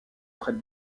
prête